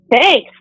Thanks